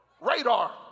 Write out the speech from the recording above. radar